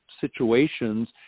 situations